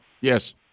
Yes